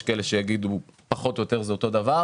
כאלה שיגידו שפחות או יותר זה אותו דבר.